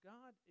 God